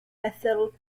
methyl